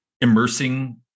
immersing